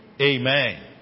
Amen